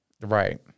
Right